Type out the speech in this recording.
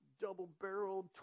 double-barreled